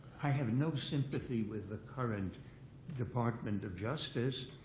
i have no sympathy with the current department of justice.